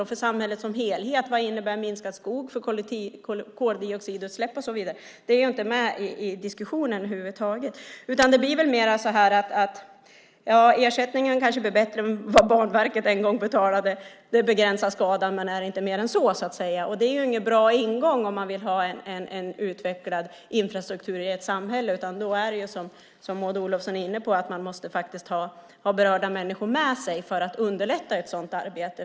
Och för samhället som helhet: Vad innebär minskad skog för koldioxidutsläpp och så vidare? Det är ju över huvud taget inte med i diskussionen. Det blir väl mer så att ersättningen kanske blir bättre än vad Banverket en gång betalade. Den begränsar skadan, men det är inte mer än så. Det är ju ingen bra ingång om man vill ha en utvecklad infrastruktur i ett samhälle. Då är det ju så, som Maud Olofsson är inne på, att man faktiskt måste ha berörda människor med sig för att underlätta ett sådant arbete.